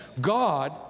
God